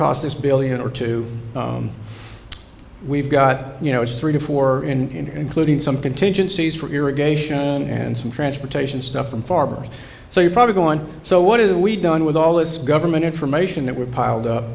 cost this billion or two we've got you know it's three to four in including some contingencies for irrigation and some transportation stuff from farmers so you probably go on so what do we done with all this government information that were piled up